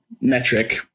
metric